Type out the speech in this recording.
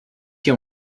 hier